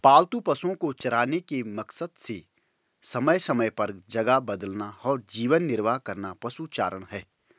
पालतू पशुओ को चराने के मकसद से समय समय पर जगह बदलना और जीवन निर्वाह करना पशुचारण है